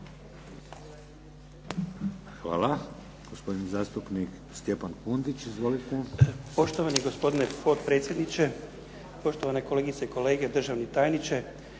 Hvala. Gospodin zastupnik Stjepan Kundić. Izvolite. **Kundić, Stjepan (HDZ)** Poštovani gospodine potpredsjedniče. Poštovane kolegice i kolege, državni tajniče.